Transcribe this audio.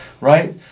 right